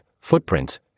footprints